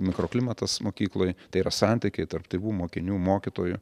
mikroklimatas mokykloj tai yra santykiai tarp tėvų mokinių mokytojų